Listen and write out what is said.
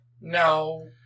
No